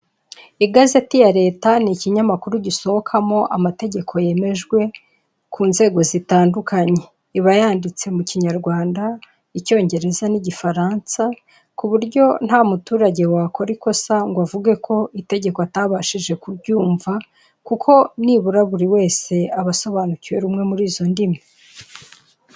Igazeti ya leta ni ikinkinyamakuru gisohokamo amategeko yemejwe ku nzego zitandukanye. Iba yanditse mu kinyarwanda, icyongereza, n'igifaransa, ku buryo nta muturage wakora ikosa ngo avuge ko itegeko atabashije kuryumva, kuko nibura buri wese aba asobanukiwe rumwe muri izo ndimi.